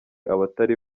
abatari